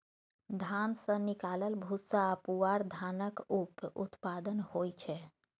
धान सँ निकलल भूस्सा आ पुआर धानक उप उत्पाद होइ छै